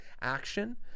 action